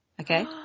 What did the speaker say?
Okay